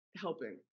helping